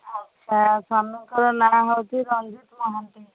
ଆଚ୍ଛା ସ୍ୱାମୀଙ୍କର ନାଁ ହେଉଛି ରଞ୍ଜିତ ମହାନ୍ତି